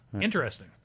Interesting